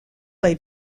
play